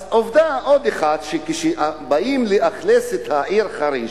אז עובדה, עוד אחת, שכשבאים לאכלס את העיר חריש,